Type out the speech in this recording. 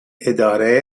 اداره